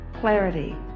clarity